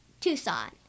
Tucson